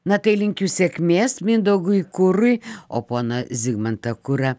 na tai linkiu sėkmės mindaugui kurui o poną zigmantą kurą